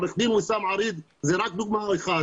עורך דין וויסאם עריד זו רק דוגמה אחת,